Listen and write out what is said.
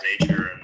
nature